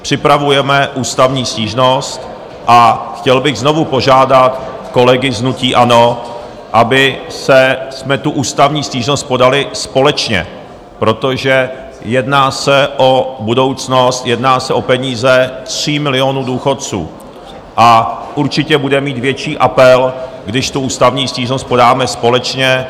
Připravujeme ústavní stížnost a chtěl bych znovu požádat kolegy z hnutí ANO, abychom tu ústavní stížnost podali společně, protože se jedná o budoucnost, jedná se o peníze 3 milionů důchodců a určitě bude mít větší apel, když ústavní stížnost podáme společně.